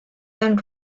dan